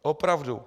Opravdu.